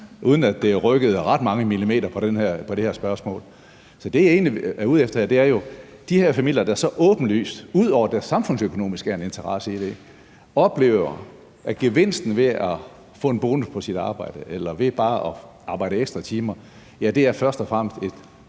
uden at det rykkede ret mange millimeter på det her på det her spørgsmål. Så det, jeg egentlig er ude efter her, er jo: De her familier, der så åbenlyst – ud over at der samfundsøkonomisk er en interesse i det – oplever, at gevinsten ved at få en bonus på sit arbejde eller ved bare at arbejde ekstra timer, ja, det er først og fremmest et